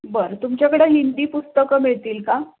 बरं तुमच्याकडं हिंदी पुस्तकं मिळतील का